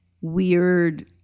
weird